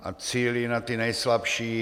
A cílí na ty nejslabší.